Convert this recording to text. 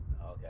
Okay